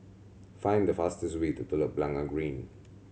find the fastest way to Telok Blangah Green